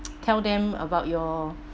tell them about your